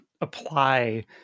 apply